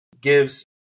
gives